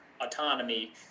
autonomy